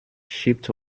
schiebt